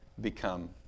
become